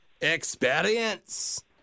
Experience